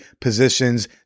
positions